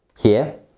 here,